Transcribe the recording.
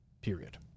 period